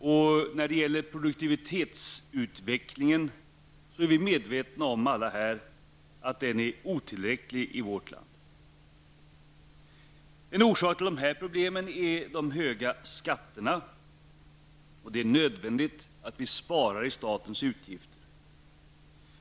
Vi är alla här medvetna om att produktivitetsutvecklingen i vårt land är otillräcklig. En orsak till de här problemen är de höga skatterna. Det är nödvändigt att vi sparar i statens utgifter.